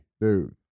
Dude